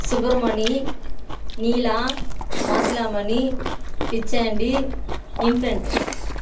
Subramani Neela Masilamani Pichandi Infant